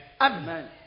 amen